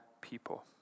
people